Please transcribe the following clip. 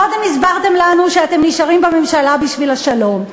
קודם הסברתם לנו שאתם נשארים בממשלה בשביל השלום.